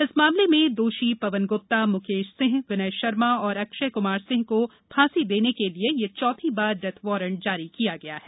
इस मामलें में दोषी पवन ग्प्ता मुकेश सिंह विनय शर्मा और अक्षय क्मार सिंह को फांसी देने के लिए यह चौथी बार डेथ वारंट जारी किया गया है